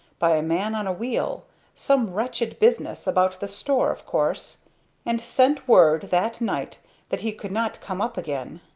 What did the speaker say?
by a man on a wheel some wretched business about the store of course and sent word that night that he could not come up again.